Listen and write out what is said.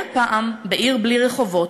היה פעם, בעיר בלי רחובות,